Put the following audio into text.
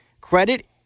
credit